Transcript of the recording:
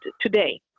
today